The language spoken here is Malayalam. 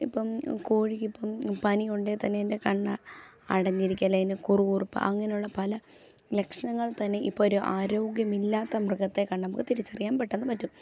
ഇപ്പം കോഴിക്കിപ്പം പനി ഉണ്ടേൽ തന്നെ അതിൻ്റെ കണ്ണ് അടഞ്ഞിരിക്കും അല്ലേൽ അതിന് കുറുകുറുപ്പ് അങ്ങനുള്ള പല ലക്ഷണങ്ങൾ തന്നെ ഇപ്പോൾ ആരോഗ്യമില്ലാത്ത മൃഗത്തെ കണ്ടാൽ നമുക്ക് തിരിച്ചറിയാൻ പെട്ടെന്ന് പറ്റും